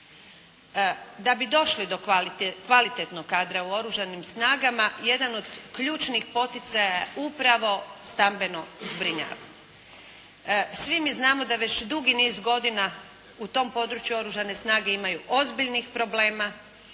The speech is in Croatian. Da bi došli do kvalitetnog kadra u Oružanim snagama, jedan od ključnih poticaja je upravo stambeno zbrinjavanje. Svi mi znamo da već dugi niz godina u tom području Oružane snage imaju ozbiljnih problema